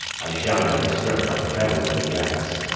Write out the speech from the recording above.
i shouted and struck my kettle with the ax.